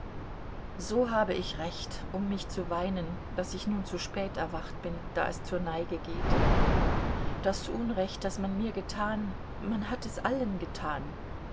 so habe ich recht um mich zu weinen daß ich nun zu spät erwacht bin da es zur neige geht das unrecht das man mir getan man hat es allen getan